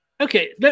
Okay